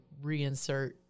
reinsert